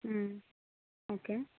okay